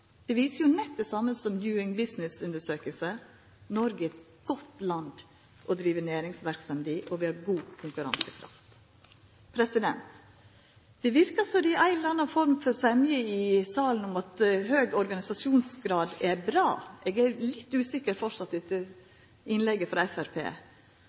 Det viser jo nettopp det same som ei «Doing business»-undersøking; at Noreg er eit godt land å driva næringsverksemd i, og at vi har god konkurransekraft. Det verkar som det er ei eller anna form for semje i salen om at høg organisasjonsgrad er bra. Eg er framleis litt usikker etter